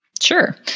Sure